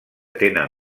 tenen